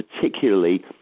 particularly